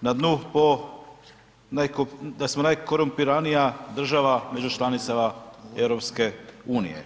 na dnu po najkorumpiranija država među članicama EU-a.